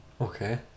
Okay